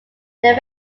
their